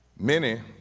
many